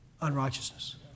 unrighteousness